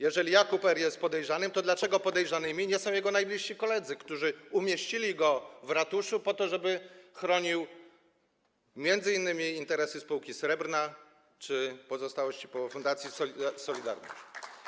Jeżeli Jakub R. jest podejrzanym, to dlaczego podejrzanymi nie są jego najbliżsi koledzy, którzy umieścili go w ratuszu po to, żeby chronił m.in. interesy spółki Srebrna czy pozostałości po fundacji „Solidarność”